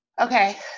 Okay